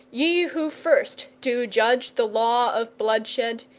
ye who first do judge the law of bloodshed,